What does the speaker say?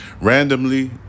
randomly